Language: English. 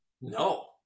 No